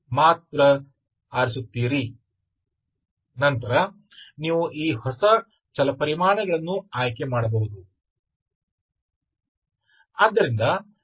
ನಂತರ ನೀವು ಈ ಹೊಸ ಚಲಪರಿಮಾಣಗಳನ್ನು ಆಯ್ಕೆ ಮಾಡಬಹುದು